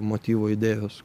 motyvo idėjos